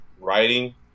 writing